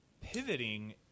pivoting